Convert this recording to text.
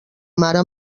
mare